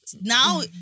Now